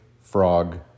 frog